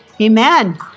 Amen